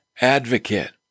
advocate